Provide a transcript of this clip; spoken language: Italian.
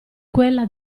quella